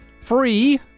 free